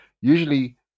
usually